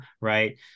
right